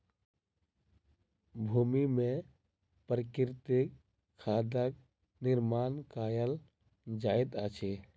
भूमि में प्राकृतिक खादक निर्माण कयल जाइत अछि